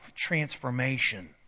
transformation